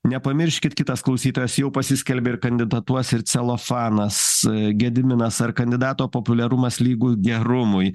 nepamirškit kitas klausytojas jau pasiskelbė ir kandidatuos ir celofanas gediminas ar kandidato populiarumas lygu gerumui